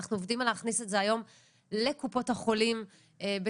אנחנו עובדים על להכניס את זה היום לקופות החולים בצורה